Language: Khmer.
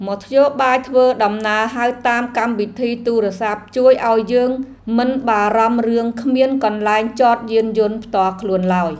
មធ្យោបាយធ្វើដំណើរហៅតាមកម្មវិធីទូរស័ព្ទជួយឱ្យយើងមិនបារម្ភរឿងគ្មានកន្លែងចតយានយន្តផ្ទាល់ខ្លួនឡើយ។